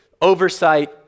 oversight